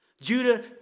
Judah